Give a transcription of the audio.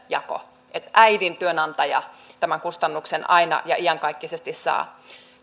jako että äidin työnantaja tämän kustannuksen aina ja iankaikkisesti saa